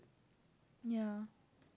ya